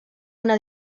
una